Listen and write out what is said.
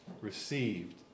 received